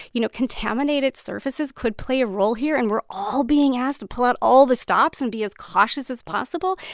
you know, contaminated surfaces could play a role here. and we're all being asked to pull out all the stops and be as cautious as possible.